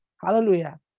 hallelujah